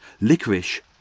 licorice